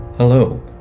Hello